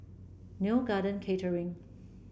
Neo Garden Catering